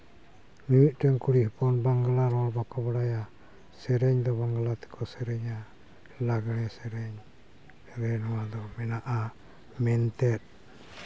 ᱢᱤᱢᱤᱫᱴᱟᱝ ᱠᱩᱲᱤ ᱦᱚᱯᱚᱱ ᱵᱟᱝᱞᱟ ᱨᱚᱲ ᱵᱟᱠᱚ ᱵᱟᱲᱟᱭᱟ ᱥᱮᱨᱮᱧ ᱫᱚ ᱵᱟᱝᱞᱟ ᱛᱮᱠᱚ ᱥᱮᱨᱮᱧᱟ ᱞᱟᱜᱽᱬᱮ ᱥᱮᱨᱮᱧ ᱨᱮ ᱱᱚᱣᱟ ᱫᱚ ᱢᱮᱱᱟᱜᱼᱟ ᱢᱮᱱᱛᱮ